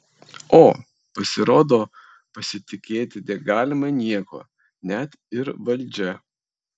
o pasirodo pasitikėti negalima niekuo net ir valdžia